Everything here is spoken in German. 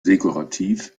dekorativ